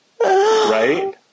right